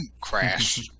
crash